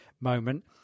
moment